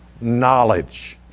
knowledge